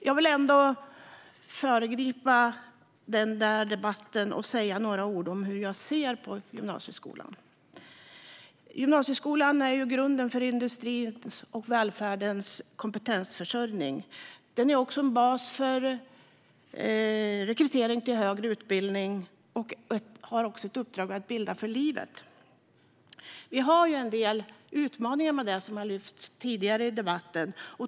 Jag vill ändå föregripa den kommande debatten och säga några ord om hur jag ser på gymnasieskolan. Gymnasieskolan är grunden för industrins och välfärdens kompetensförsörjning. Den är också en bas för rekrytering till högre utbildning och har ett uppdrag att bilda för livet. Vi har ju en del utmaningar med detta, som har lyfts fram tidigare i debatten.